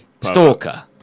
stalker